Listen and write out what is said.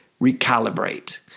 recalibrate